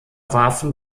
warfen